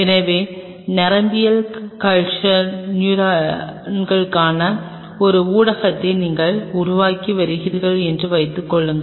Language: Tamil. எனவே நரம்பியல் கல்ச்சர் நியூரான்களுக்கான ஒரு ஊடகத்தை நீங்கள் உருவாக்கி வருகிறீர்கள் என்று வைத்துக்கொள்வோம்